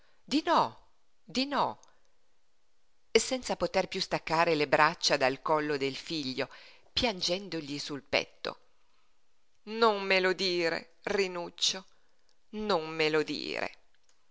di no di no senza poter piú staccare le braccia dal collo del figlio piangendogli sul petto non me lo dire rinuccio non me lo dire